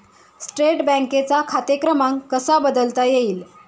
State बँकेचा खाते क्रमांक कसा बदलता येईल?